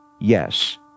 yes